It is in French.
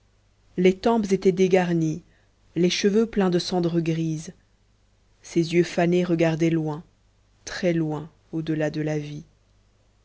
les tempes étaient dégarnies les cheveux pleins de cendre grise ses yeux fanés regardaient loin très loin au delà de la vie